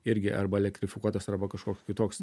irgi arba elektrifikuotas arba kažkoks kitoks